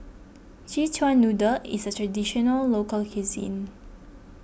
Szechuan Noodle is a Traditional Local Cuisine